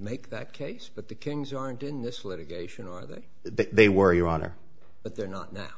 make that case but the kings aren't in this litigation or that they were your honor but they're not now